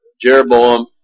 Jeroboam